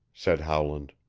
said howland.